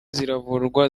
ziravurwa